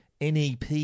NEP